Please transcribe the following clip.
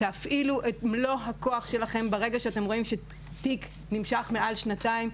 תפעילו את מלוא הכוח שלכם ברגע שאתם רואים שתיק נמשך מעל שנתיים,